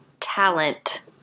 talent